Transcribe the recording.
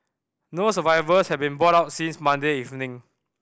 no survivors have been brought out since Monday evening